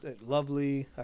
Lovely